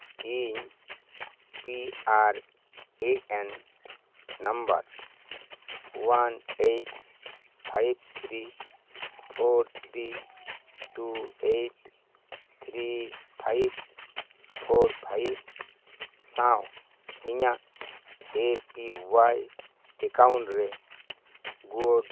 ᱤᱧ P R N N number one eight five three four three two eight three five four five ᱥᱟᱶ ᱤᱧᱟᱹᱜ A P Y account ᱨᱮ good